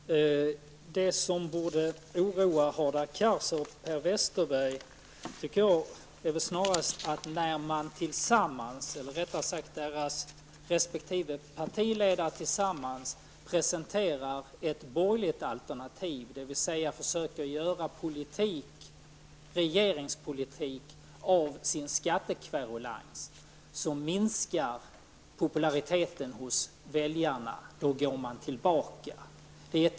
Herr talman! Det som borde oroa Hadar Cars och Per Westerberg är väl snarast att när deras resp. partiledare tillsammans presenterar ett borgerligt alternativ, dvs. försöker göra regeringspolitik av sin skattekverulans, så minskar populariteten hos väljarna -- då går man tillbaka.